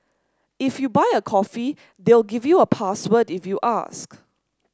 if you buy a coffee they'll give you a password if you ask